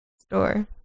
store